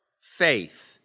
faith